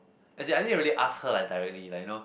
as in I didn't really ask her like directly like you know